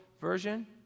version